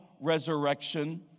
resurrection